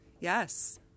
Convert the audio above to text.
yes